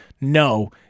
no